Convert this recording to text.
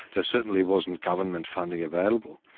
there certainly wasn't government funding available.